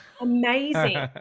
amazing